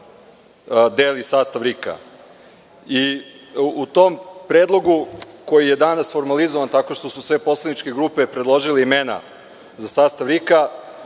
deli sastav RIK. U tom predlogu koji je danas formalizovan tako što su sve poslaničke grupe predložile imena za sastav RIK-a,